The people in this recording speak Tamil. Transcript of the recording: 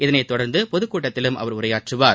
இதைத் தொடர்ந்து பொதுக்கூட்டத்திலும் அவர் உரையாற்றுவார்